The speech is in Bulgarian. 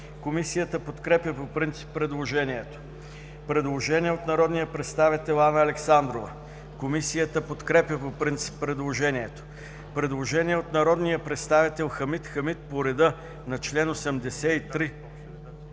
Комисията подкрепя по принцип предложението. Предложение от народния представител Анна Александрова. Комисията подкрепя по принцип предложението. Предложение от народния представител Хамид Хамид по реда на чл. 83,